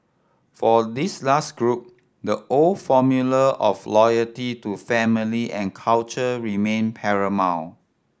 for this last group the old formula of loyalty to family and culture remained paramount